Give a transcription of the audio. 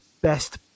best